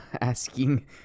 asking